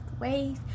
ways